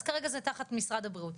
אז כרגע זה תחת משרד הבריאות.